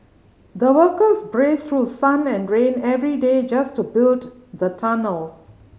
the workers braved through sun and rain every day just to build the tunnel